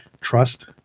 trust